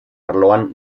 arloan